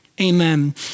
amen